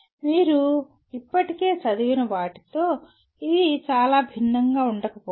మీరు ఇప్పటికే చదివిన వాటితో ఇది చాలా భిన్నంగా ఉండకపోవచ్చు